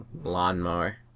lawnmower